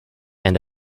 and